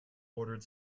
ordered